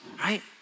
right